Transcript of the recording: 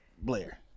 Blair